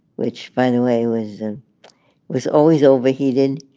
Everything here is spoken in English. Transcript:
which, by the way, was and was always overheated.